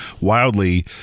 wildly